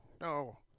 no